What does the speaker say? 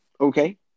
Okay